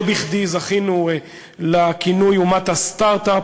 לא בכדי זכינו לכינוי "אומת הסטרט-אפ",